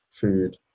food